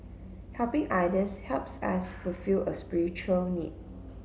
helping others helps us fulfil a spiritual need